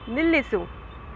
ನಿಲ್ಲಿಸು